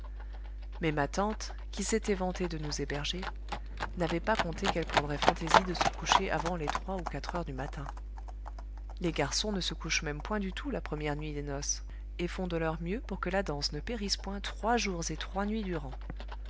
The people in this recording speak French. mais ma tante qui s'était vantée de nous héberger n'avait pas compté qu'elle prendrait fantaisie de se coucher avant les trois ou quatre heures du matin les garçons ne se couchent même point du tout la première nuit des noces et font de leur mieux pour que la danse ne périsse point trois jours et trois nuits durant